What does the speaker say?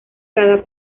cada